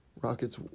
Rockets